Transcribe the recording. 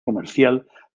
comercial